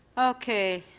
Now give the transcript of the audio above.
okay.